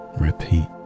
Repeat